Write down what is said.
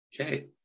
Okay